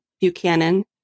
Buchanan